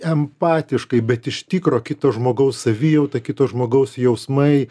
empatiškai bet iš tikro kito žmogaus savijauta kito žmogaus jausmai